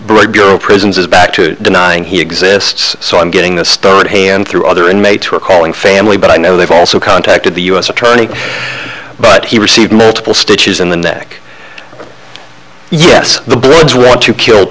bright girl prisms is back to denying he exists so i'm getting the story at hand through other inmates who are calling family but i know they've also contacted the u s attorney but he received multiple stitches in the neck yes the bloods want to kill